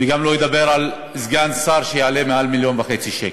וגם לא אדבר על סגן שר, שיעלה מעל 1.5 מיליון שקל.